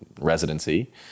residency